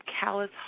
callous